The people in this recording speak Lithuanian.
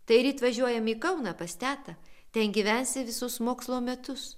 tai ryt važiuojam į kauną pas tetą ten gyvensi visus mokslo metus